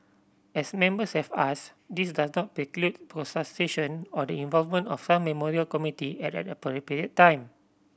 as Members have asked this does not preclude or the involvement of some memorial committee at an appropriate time